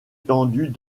étendues